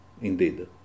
indeed